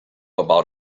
about